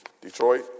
Detroit